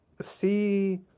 see